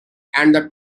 and